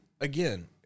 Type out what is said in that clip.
again